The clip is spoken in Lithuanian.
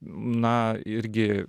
na irgi